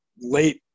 late